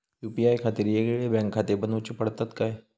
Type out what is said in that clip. UPI खातीर येगयेगळे बँकखाते बनऊची पडतात काय?